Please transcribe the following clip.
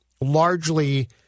largely